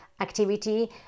activity